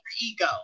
ego